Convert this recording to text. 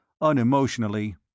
Unemotionally